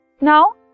Now